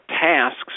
tasks